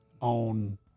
on